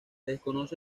desconoce